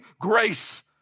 grace